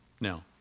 now